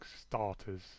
starters